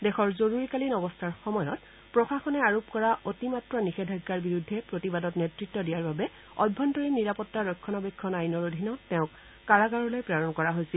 দেশৰ জৰুৰীকালীন অৱস্থাৰ সময়ত প্ৰশাসনৰ বিৰুদ্ধে প্ৰতিবাদত নেতৃত্ব দিয়াৰ বাবে অভ্যন্তৰীণ নিৰাপত্তা ৰক্ষণাবেক্ষণ আইনৰ অধীনত তেওঁক কাৰাগাৰলৈ প্ৰেৰণ কৰা হৈছিল